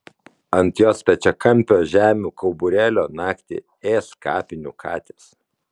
ant jos stačiakampio žemių kauburėlio naktį ės kapinių katės